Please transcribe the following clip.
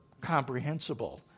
comprehensible